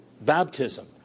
baptism